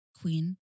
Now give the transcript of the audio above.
queen